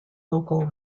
local